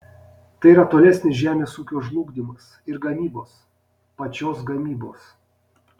tai yra tolesnis žemės ūkio žlugdymas ir gamybos pačios gamybos